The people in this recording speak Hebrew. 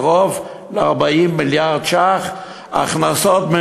קרוב ל-40 מיליארד ש"ח הכנסות,